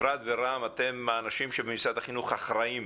אפרת ורם, אתם האנשים במשרד החינוך שאחראים.